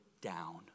down